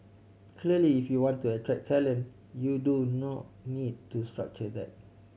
clearly if you want to attract talent you do no need to structure that